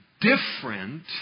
different